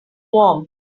warm